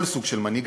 כל סוג של מנהיג,